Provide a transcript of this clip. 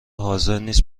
حاضرنیست